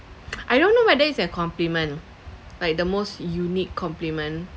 I don't know whether it's an compliment like the most unique compliment